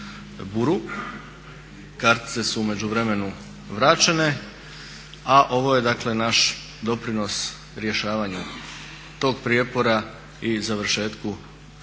Kartice su u međuvremenu vraćene, a ovo je naš doprinos rješavanju tog prijepora i završetku te